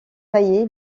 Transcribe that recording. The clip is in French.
taillé